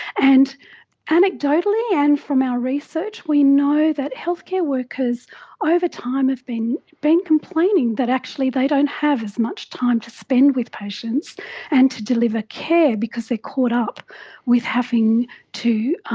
and anecdotally and from our research we know that healthcare workers over time have been been complaining that actually they don't have as much time to spend with patients and to deliver care because they are caught up with having to